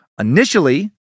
Initially